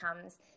comes